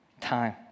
time